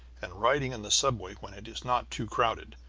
and riding in the subway when it is not too crowded,